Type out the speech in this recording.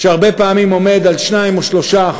שהרבה פעמים עומד על 2% או 3%,